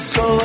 go